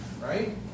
right